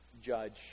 judge